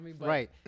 Right